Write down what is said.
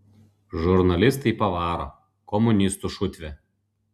žurnalistai pavaro komunistų šutvė